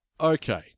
Okay